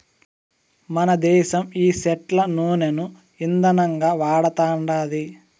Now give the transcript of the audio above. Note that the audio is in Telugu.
మనదేశం ఈ సెట్ల నూనను ఇందనంగా వాడతండాది